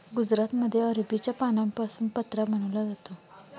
गुजरातमध्ये अरबीच्या पानांपासून पत्रा बनवला जातो